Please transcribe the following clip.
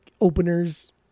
openers